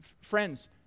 Friends